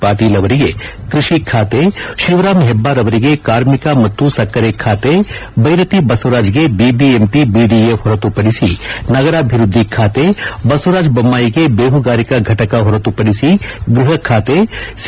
ಪಾಟೀಲ್ ಅವರಿಗೆ ಕೈಷಿ ಬಾತೆ ಶಿವರಾಂ ಹೆಬ್ಲಾರ್ ಅವರಿಗೆ ಕಾರ್ಮಿಕ ಮತ್ತು ಸಕ್ಕರೆ ಬಾತೆ ಬೈರತಿ ಬಸವರಾಜ್ಗೆ ಬಿಬಿಎಂಪಿ ಬಿಡಿಎ ಹೊರತುಪಡಿಸಿ ನಗರಾಭಿವೃದ್ದಿ ಖಾತೆ ಬಸವರಾಜ್ ಬೊಮ್ಹಾಯಿಗೆ ಬೆಹುಗಾರಿಕಾ ಫಟಕ ಹೊರತುಪಡಿಸಿ ಗೃಹ ಖಾತೆ ಸಿ